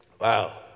wow